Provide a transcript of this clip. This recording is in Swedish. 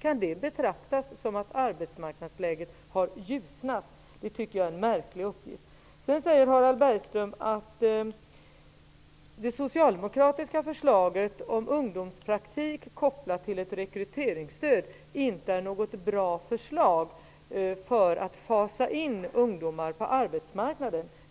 Kan det betraktas som att arbetsmarknadsläget har ljusnat? Det tycker jag är en märklig uppgift. Vidare sade Harald Bergström att det socialdemokratiska förslaget om ungdomspraktik kopplat till ett rekryteringsstöd inte är något bra förslag för att fasa in ungdomar på arbetsmarknaden.